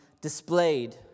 displayed